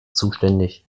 zuständig